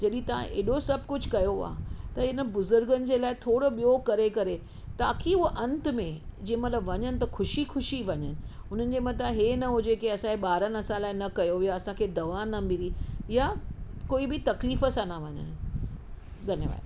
जॾहिं तव्हां हेॾो सभु कुझु कयो आहे त हिन बुज़ुर्गनि जे लाइ थोरो ॿियो करे करे ताकी हूअ अंत में जंहिं महिल वञनि त ख़ुशी ख़ुशी वञनि हुननि जे मथां हीअं न हुजे के असांजे ॿारनि असां लाइ न कयो या असांखे दवा न मिली या कोई बि तकलीफ़ सां न वञनि धन्यवादु